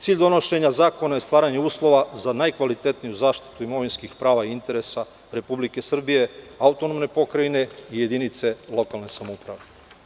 Cilj donošenja zakona je stvaranje uslova za najkvalitetniju zaštitu imovinskih prava i interesa Republike Srbije, AP i jedinica lokalne samouprave.